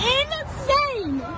insane